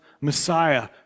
Messiah